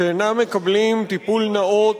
שאינם מקבלים טיפול נאות.